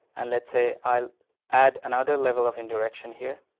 and let's say, i'll add another level of indirection here.